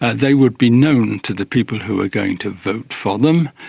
they would be known to the people who were going to vote for them.